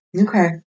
Okay